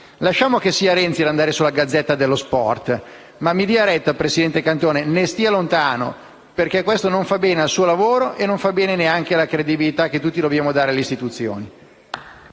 Lasciamo che sia Renzi ad apparire sul «Corriere dello Sport», ma mia dia retta presidente Cantone: ne stia lontano. Questo non fa bene al suo lavoro e neanche alla credibilità che tutti noi dobbiamo dare alle istituzioni.